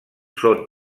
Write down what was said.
són